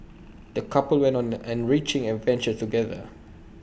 the couple went on an enriching adventure together